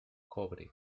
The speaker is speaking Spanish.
cobre